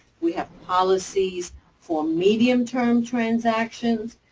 we have policies for medium-term transactions.